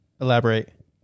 Elaborate